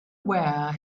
were